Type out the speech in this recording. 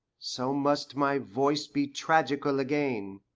so must my voice be tragical again,